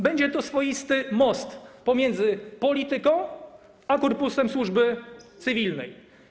Będzie to swoisty most pomiędzy polityką a korpusem służby cywilnej.